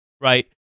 right